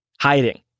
Hiding